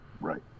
Right